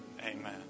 Amen